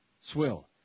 Swill